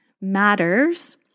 matters